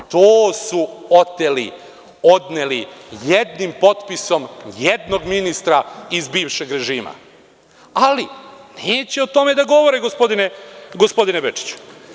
To su oteli, odneli jednim potpisom jednog ministra iz bivšeg režima, ali neće o tome da govore gospodine Bečiću.